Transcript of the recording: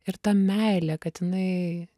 ir ta meilė kad jinai